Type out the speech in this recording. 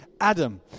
Adam